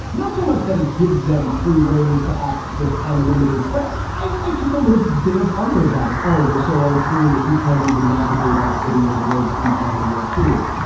not so much that it gives them free range to act with anonymity. but i took a little bit of umbrage at it. oh, we're so unclean that you can't even navigate our city in the way that we can, and we're fools.